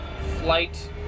flight